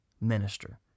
minister